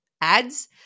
ads